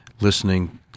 Listening